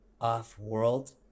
Off-world